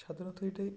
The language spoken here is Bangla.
সাধারণত এটাই